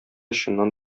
чыннан